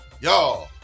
y'all